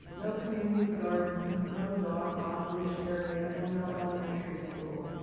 no community garden, no dog offleash area and no elementary school.